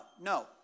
no